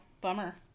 Bummer